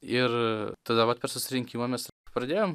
ir tada vat per susirinkimą mes pradėjom